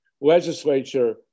legislature